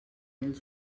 els